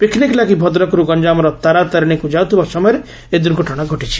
picnic ଲାଗି ଭଦ୍ରକରୁ ଗଞ୍ଠାମର ତାରାତାରିଣୀକୁ ଯାଉଥିବା ସମୟରେ ଏହି ଦୁର୍ଘଟଣା ଘଟିଛି